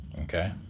Okay